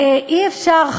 אי-אפשר,